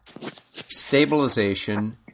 stabilization